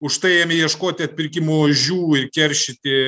užtai ėmė ieškoti atpirkimo ožių ir keršyti